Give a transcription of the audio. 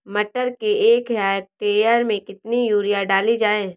मटर के एक हेक्टेयर में कितनी यूरिया डाली जाए?